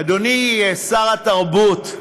אדוני שר הבריאות,